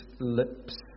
lips